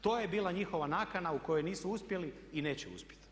To ej bila njihova nakana u kojoj nisu uspjeli i neće uspjeti.